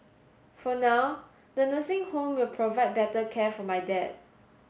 for now the nursing home will provide better care for my dad